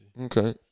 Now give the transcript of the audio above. Okay